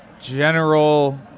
general